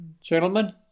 gentlemen